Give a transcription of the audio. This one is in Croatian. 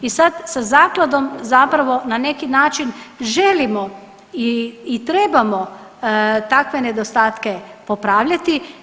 I sad sa zakladom zapravo na neki način želimo i trebamo takve nedostatke popravljati.